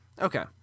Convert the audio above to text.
Okay